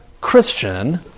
Christian